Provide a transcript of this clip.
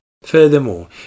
Furthermore